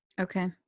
Okay